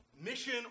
mission